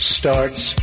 starts